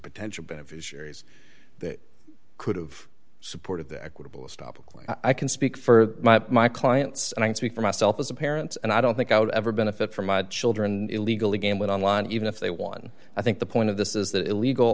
potential beneficiaries that could have supported the equitable stoppable i can speak for my clients and i speak for myself as a parent and i don't think i would ever benefit from my children illegally game with online even if they won i think the point of this is that illegal